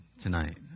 tonight